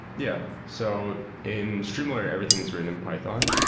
yeah. so in streamalert, everything is written in python.